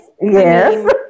Yes